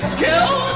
kill